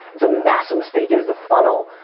it's a massive mistake, it is the funnel.